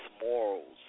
morals